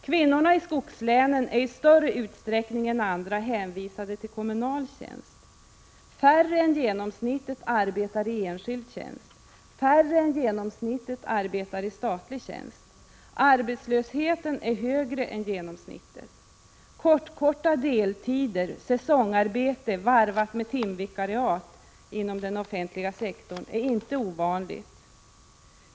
Kvinnorna i skogslänen är i större utsträckning än andra hänvisade till kommunal tjänst. Färre än genomsnittet arbetar i enskild tjänst. Färre än genomsnittet arbetar i statlig tjänst. Arbetslösheten är högre än genomsnit tet. Kort-korta deltider, säsongarbete, varvat med timvikariat, inom den = Prot. 1986/87:128 offentliga sektorn är inte ovanligt.